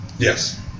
Yes